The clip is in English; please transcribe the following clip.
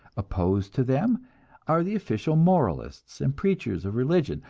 opposed to them are the official moralists and preachers of religion,